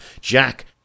Jack